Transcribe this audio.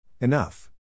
Enough